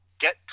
get